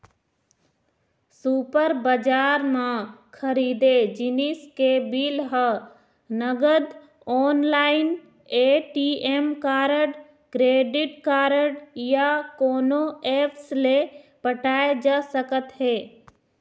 super बजार म खरीदे जिनिस के बिल ह नगद, online, ATM card, credit card या कोनो ऐप्स ले पटाए जा सकत हे